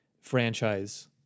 franchise